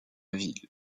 ville